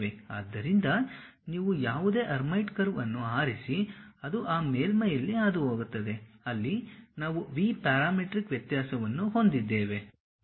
ಆದ್ದರಿಂದ ನೀವು ಯಾವುದೇ ಹರ್ಮೈಟ್ ಕರ್ವ್ ಅನ್ನು ಆರಿಸಿ ಅದು ಆ ಮೇಲ್ಮೈಯಲ್ಲಿ ಹಾದುಹೋಗುತ್ತದೆ ಅಲ್ಲಿ ನಾವು V ಪ್ಯಾರಾಮೀಟ್ರಿಕ್ ವ್ಯತ್ಯಾಸವನ್ನು ಹೊಂದಿದ್ದೇವೆ